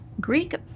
Greek-